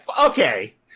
Okay